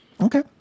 Okay